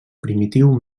primitiu